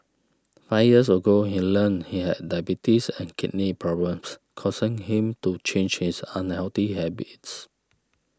five years ago he learnt he had diabetes and kidney problems causing him to change his unhealthy habits